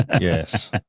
Yes